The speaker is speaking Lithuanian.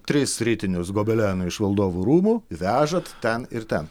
tris ritinius gobelenų iš valdovų rūmų vežat ten ir ten